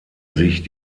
sich